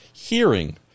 hearing